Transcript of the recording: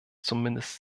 zumindest